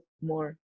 more